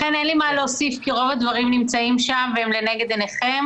לכן אין לי מה להוסיף כי רוב הדברים נמצאים שם והם לנגד עיניכם,